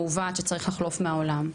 מעוות, שצרי לחלוף מהעולם.